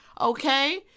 okay